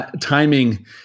timing